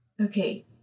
Okay